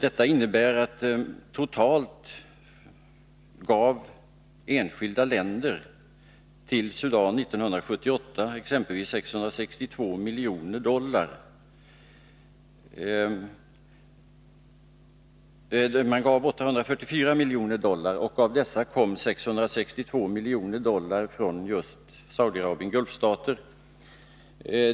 Exempelvis gav enskilda länder 1978 totalt 844 miljoner dollar till Sudan, och av dessa kom 662 miljoner dollar från just Saudiarabien och övriga Gulfstater.